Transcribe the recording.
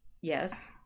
yes